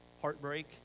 heartbreak